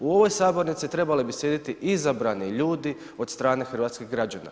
U ovoj sabornici trebale bi sjediti izabrani ljudi od strane hrvatskih građana.